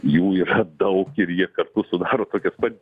jų yra daug ir jie kartu sudaro tokias pat